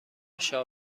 شاه